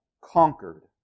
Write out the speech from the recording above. conquered